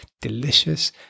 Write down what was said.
delicious